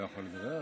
אני לא יכול לדבר?